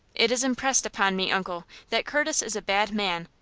it is impressed upon me, uncle, that curtis is a bad man.